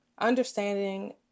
understanding